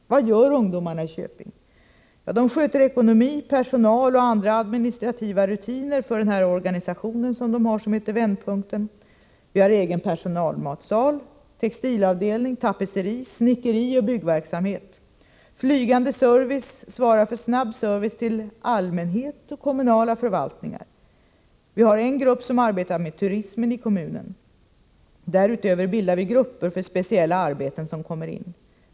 Vad gör ungdomarna i Köpings kommun? De sköter ekonomi, personal och andra administrativa rutiner för Vändpunkten. De har egen personalmatsal, textilavdelning, tapetserings-, snickerioch byggverksamhet. Flygande service svarar för snabb service till allmänhet och kommunala förvaltningar. Man har en grupp som arbetar med turismen i kommunen. Därutöver bildar man grupper för speciella arbeten som kommer in.